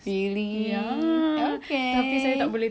really okay